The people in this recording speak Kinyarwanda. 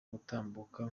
gutambuka